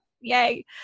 Yay